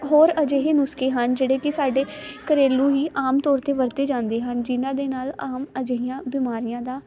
ਹੋਰ ਅਜਿਹੇ ਨੁਸਕੇ ਹਨ ਜਿਹੜੇ ਕੀ ਸਾਡੇ ਘਰੇਲੂ ਹੀ ਆਮ ਤੋਰ ਤੇ ਵਰਤੇ ਜਾਂਦੇ ਹਨ ਜਿਨ੍ਹਾਂ ਦੇ ਨਾਲ ਆਮ ਅਜਿਹੀਆਂ ਬਿਮਾਰੀਆਂ ਦਾ